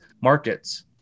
markets